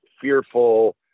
fearful